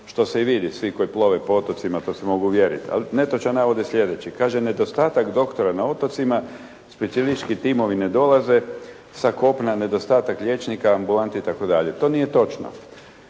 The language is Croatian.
što se i vidi. Svi koji plove po otocima to se mogu uvjeriti. Ali netočan navod je sljedeći. Kaže: «Nedostatak doktora na otocima, specijalistički timovi ne dolaze. Sa kopna nedostatak liječnika, ambulanti i tako dalje.» To nije točno.